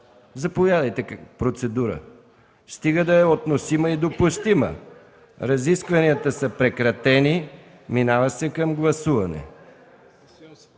Заповядайте, ако е процедура, стига да е относима и допустима. Разискванията са прекратени, преминава се към гласуване.